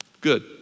Good